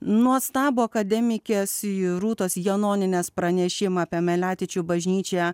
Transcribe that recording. nuostabų akademikės rūtos janonienės pranešimą apie meliatičių bažnyčią